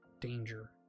danger